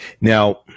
Now